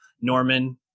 norman